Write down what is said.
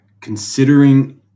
considering